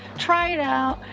try it out,